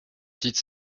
titres